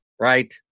right